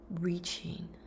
reaching